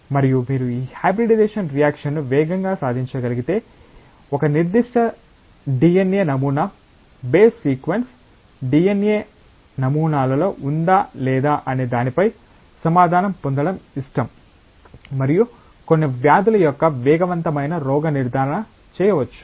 మరియు మీరు ఈ హైబ్రిడైజేషన్ రియాక్షన్ను వేగంగా సాధించగలిగితే ఒక నిర్దిష్ట DNA నమూనా బేస్ సీక్వెన్స్ DNA నమూనాలో ఉందా లేదా అనే దానిపై సమాధానం పొందడం ఇష్టం మరియు కొన్ని వ్యాధుల యొక్క వేగవంతమైన రోగ నిర్ధారణ చేయవచ్చు